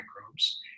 microbes